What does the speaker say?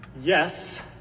yes